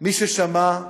מי ששמע,